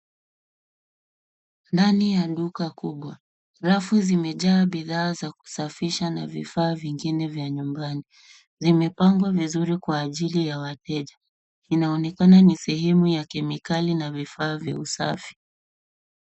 Ndani ya duka kubwa, rafu zimejaa bidhaa za kusafisha na vifaa vingine vya nyumbani. Zimepangwa vizuri kwa ajili ya wateja. Inaonekana ni sehemu ya kemikali na vifaa vya usafi.